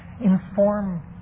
Inform